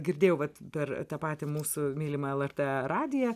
girdėjau vat per tą patį mūsų mylimą lrt radiją